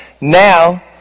Now